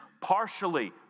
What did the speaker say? partially